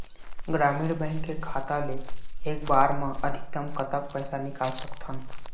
ग्रामीण बैंक के खाता ले एक बार मा अधिकतम कतक पैसा निकाल सकथन?